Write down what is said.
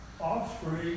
offspring